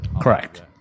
Correct